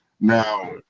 Now